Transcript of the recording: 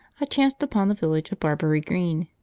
i chanced upon the village of barbury green.